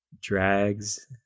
drags